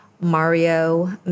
Mario